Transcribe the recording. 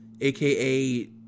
aka